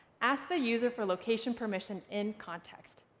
ask the user for location permission in context.